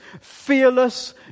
fearless